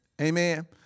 Amen